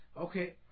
Okay